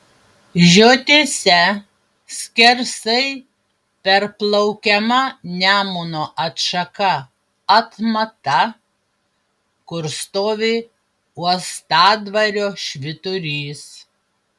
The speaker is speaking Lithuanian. žiotyse skersai perplaukiama nemuno atšaka atmata kur stovi uostadvario švyturys